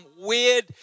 weird